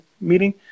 meeting